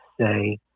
say